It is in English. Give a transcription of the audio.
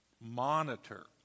monitor